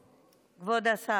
סובסידיות.